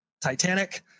Titanic